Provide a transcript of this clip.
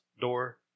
door